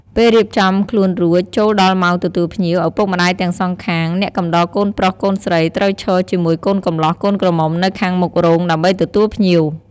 ពេលរៀបចំខ្លួនរួចចូលដល់ម៉ោងទទួលភ្ញៀវ ឪពុកម្តាយទាំងសងខាង អ្នកកំដរកូនប្រុសកូនស្រីត្រូវឈរជាមួយកូនកម្លោះកូនក្រមុំនៅខាងមុខរោងដើម្បីទទួលភ្ញៀវ។